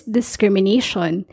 discrimination